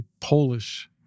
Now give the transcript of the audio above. Polish